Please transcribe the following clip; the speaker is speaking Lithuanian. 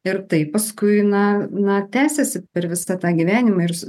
ir tai paskui na na tęsiasi per visą tą gyvenimą ir